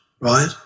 right